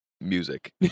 music